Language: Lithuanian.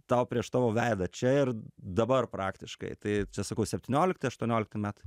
tau prieš tavo veidą čia ir dabar praktiškai tai čia sakau septyniolikti aštuoniolikti metai